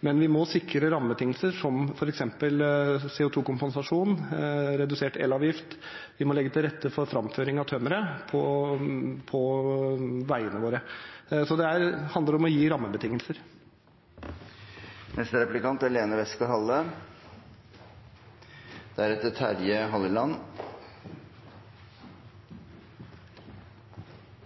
men vi må sikre rammebetingelser som f.eks. CO 2 -kompensasjon og redusert elavgift, og vi må legge til rette for framføring av tømmeret på veiene våre. Det handler om å gi rammebetingelser. Jeg bor på bondegård – et stykke ut på bygda.